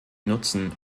nutzen